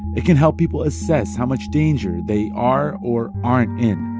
it can help people assess how much danger they are or aren't in.